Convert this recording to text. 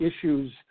issues